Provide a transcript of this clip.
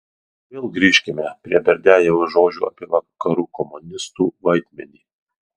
vėl grįžkime prie berdiajevo žodžių apie vakarų komunistų vaidmenį